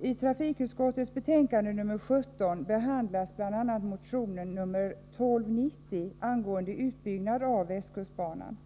I trafikutskottets betänkande nr 17 behandlas bl.a. motion nr 1290 angående utbyggnad av västkustbanan.